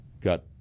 got